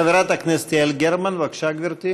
חברת הכנסת יעל גרמן, בבקשה, גברתי.